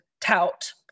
tout